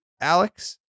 Alex